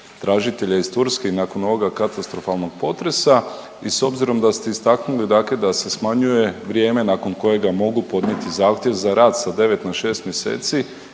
tražitelja iz Turske i nakon ovoga katastrofalnog potresa. I s obzirom da ste istaknuli dakle da se smanjuje vrijeme nakon kojega mogu podnijeti zahtjev za rad sa 9 na 6 mjeseci